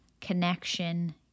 connection